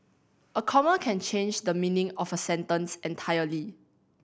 a comma can change the meaning of a sentence entirely